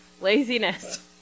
laziness